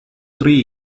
three